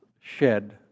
shed